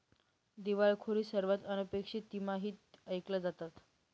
दिवाळखोरी सर्वात अनपेक्षित तिमाहीत ऐकल्या जातात